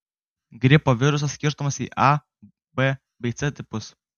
gripo virusas skirstomas į a b bei c tipus